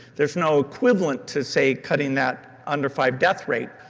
there is no equivalent to, say, cutting that under-five death rate.